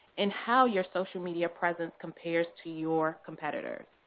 and how your social media presence compares to your competitors.